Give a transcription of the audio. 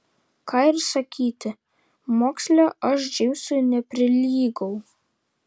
ką ir sakyti moksle aš džeimsui neprilygau